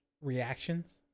reactions